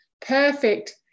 Perfect